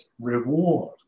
reward